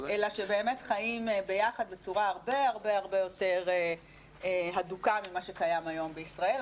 אלא שבאמת חיים ביחד בצורה הרבה יותר הדוקה ממה שקיים היום בישראל.